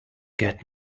get